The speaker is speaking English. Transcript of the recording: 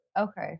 Okay